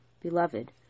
Beloved